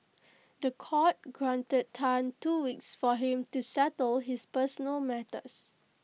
The Court granted Tan two weeks for him to settle his personal matters